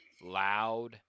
loud